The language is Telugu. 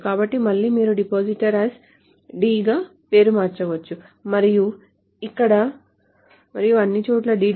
కాబట్టి మళ్లీ మీరు depositor as d గా పేరు మార్చవచ్చు మరియు ఇక్కడ మరియు అన్నిచోట్లా d